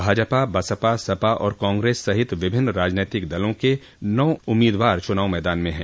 भाजपा बसपा सपा और कांग्रेस सहित विभिन्न राजनीतिक दलों के नौ उम्मीदवार चुनाव मैदान में हैं